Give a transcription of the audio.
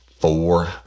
four